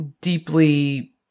deeply